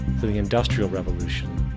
to the industrial revolution,